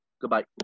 Goodbye